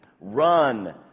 Run